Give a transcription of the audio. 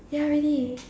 ya really